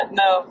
no